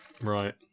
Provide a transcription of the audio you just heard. Right